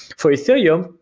for ethereum,